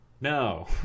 No